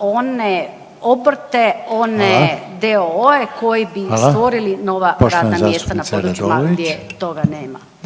one obrte, one d.o.o. koji bi stvorili nova radna mjesta na područjima gdje toga nema.